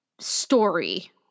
story